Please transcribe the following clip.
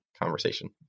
conversation